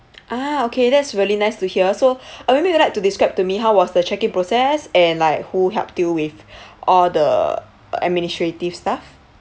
ah okay that's really nice to hear so uh maybe you'd like to describe to me how was the check-in process and like who helped you with all the administrative stuff